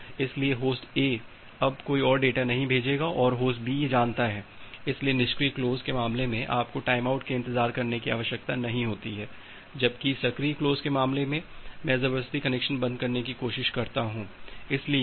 इसलिए host A अब कोई और डेटा नहीं भेजेगा और होस्ट बी ये जानता है इसलिए निष्क्रिय क्लोज के मामले में आपको टाइमआउट के इंतजार करने की आवश्यकता नहीं होती है जबकि सक्रिय क्लोज के मामले में मैं जबरदस्ती कनेक्शन बंद करने की कोशिश करता हूं